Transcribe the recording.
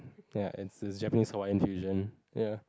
ya it's this Japanese Hawaiian fusion ya